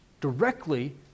directly